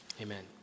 amen